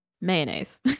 mayonnaise